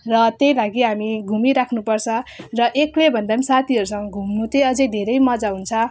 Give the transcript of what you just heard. र त्यही लागि हामी घुमिराख्नु पर्छ र एक्लैभन्दा पनि साथीहरूसँग घुम्नु चाहिँ अझ धेरै मजा हुन्छ